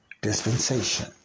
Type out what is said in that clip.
dispensation